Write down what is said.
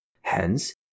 Hence